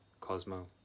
Cosmo